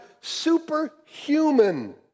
superhuman